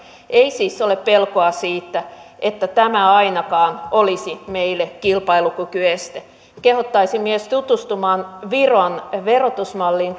ei siis ole pelkoa siitä että tämä ainakaan olisi meille kilpailukykyeste kehottaisin myös tutustumaan viron verotusmalliin